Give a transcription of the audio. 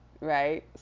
right